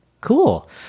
Cool